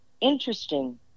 interesting